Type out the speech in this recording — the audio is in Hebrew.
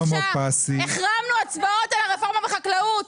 החרמנו הצבעות על הרפורמה בחקלאות.